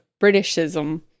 Britishism